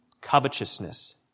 covetousness